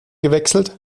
gewechselt